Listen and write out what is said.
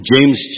James